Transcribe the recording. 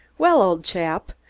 well, old chap,